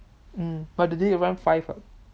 mm but today you ran five [what]